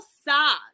sad